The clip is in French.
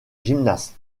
gymnase